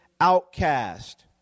outcast